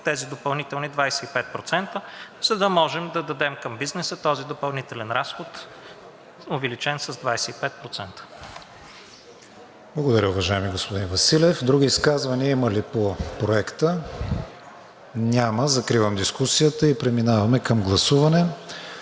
допълнителните 25%, за да можем да дадем към бизнеса този допълнителен разход, увеличен с 25%. ПРЕДСЕДАТЕЛ КРИСТИАН ВИГЕНИН: Благодаря, уважаеми господин Василев. Други изказвания има ли по Проекта? Няма. Закривам дискусията и преминаваме към гласуване.